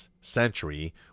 century